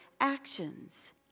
actions